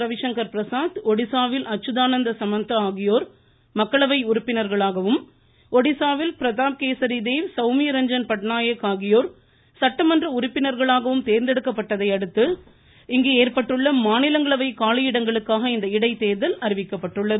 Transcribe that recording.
ரவிசங்கர் பிரஸாத் ஒடிஸாவில் ஸமந்தா ஆகியோர் மக்களவை உறுப்பினர்களாகவும் ஒடிஸாவில் பிரதாப் கேசரி கேவ் சௌமிய ரஞ்சன் பட்நாயக் ஆகியோர் உறுப்பினர்களாகவும் தேர்ந்தெடுக்கப்பட்டதையடுத்து சட்டமன்ற ஏற்பட்ட மாநிலங்களவை காலியிடங்களுக்காக இந்த இடைத்தேர்தல் அறிவிக்கப்பட்டுள்ளது